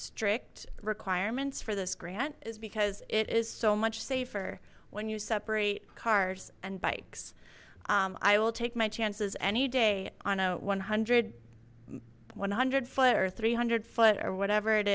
strict requirements for this grant is because it is so much safer when you separate cars and bikes i will take my chances any day on a one hundred one hundred foot or three hundred foot or whatever it